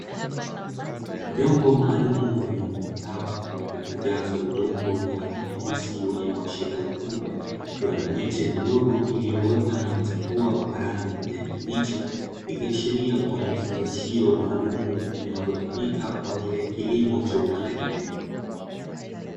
Vyombo maalumu vyenye umbo mraba vilivojazwa udongo, wenye rangi nyeusi wenye kuashiria rutuba. Ikiwa na miche midogo iliyoota na kuchipua kwa rangi ya kijani kibichi. Ikiashiria kuwa ni vifungashio maalumu, vinavotumika kwa ajili ya kilimo cha upandaji mbegu.